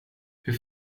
hur